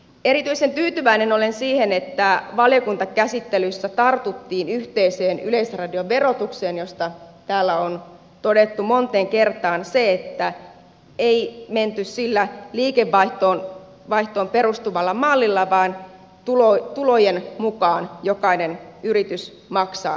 erityisen tyytyväinen olen siihen että valiokuntakäsittelyssä tartuttiin yhteiseen yleisradioverotukseen josta täällä on todettu moneen kertaan se että ei menty sillä liikevaihtoon perustuvalla mallilla vaan tulojen mukaan jokainen yritys maksaa tulevaisuudessa